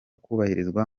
kubahirizwa